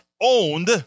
owned